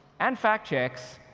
and fact checks,